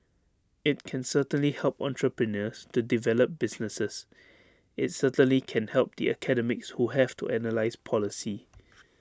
IT can certainly help entrepreneurs to develop businesses IT certainly can help the academics who have to analyse policy